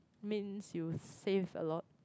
means you save a lot